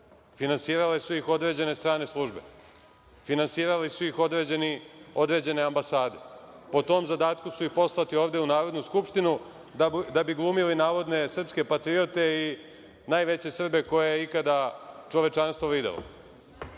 Finansirale su ih određene strane službe, finansirale su ih određene ambasade, po tom zadatku su i poslati ovde u Narodnu skupštinu da bi glumili navodne srpske patriote i najveće Srbe koje je ikada čovečanstvo